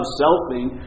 selfing